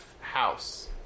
House